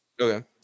okay